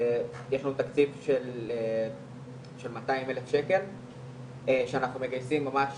יש לנו תקציב של200,000 ש"ח שאנחנו מגייסים ממש